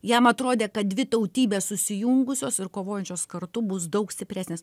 jam atrodė kad dvi tautybės susijungusios ir kovojančios kartu bus daug stipresnės